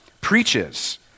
preaches